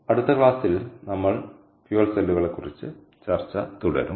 അടുത്ത ക്ലാസിൽ നമ്മൾ ഇന്ധന സെല്ലുകളെക്കുറിച്ചുള്ള ചർച്ച തുടരും